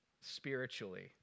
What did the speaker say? spiritually